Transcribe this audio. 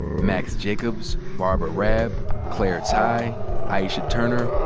max jacobs, barbara raab, claire tighe, aisha turner,